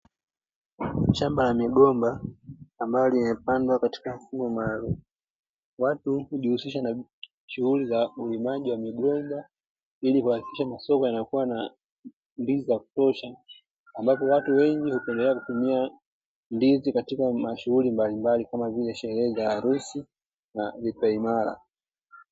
Shamba la migomba ambalo limepandwa katika mfumo maalum, watu hujihusisha na shughuli za ulimaji wa migomba ili kuhakikisha masoko yanakuwa na ndizi za kutosha, ambapo watu wengi hupendela kutumia ndizi katika shughuli mbalimbali kama vile sherehe za harusi na vipaimara.